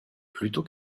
plutôt